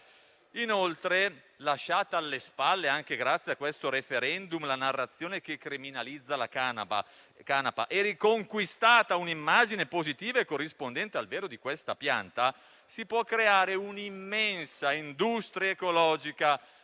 Inoltre, lasciata alle spalle, anche grazie a questo *referendum*, la narrazione che criminalizza la canapa e riconquistata un'immagine positiva e corrispondente al vero di questa pianta, si può creare una immensa industria ecologica,